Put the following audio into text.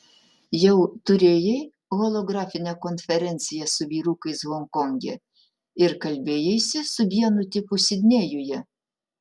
jau turėjai holografinę konferenciją su vyrukais honkonge ir kalbėjaisi su vienu tipu sidnėjuje